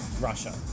Russia